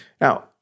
Now